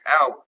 out